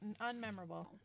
unmemorable